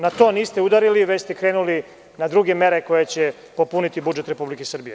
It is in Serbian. Na to niste udarili, već ste krenuli na druge mere koje će popuniti budžet Republike Srbije.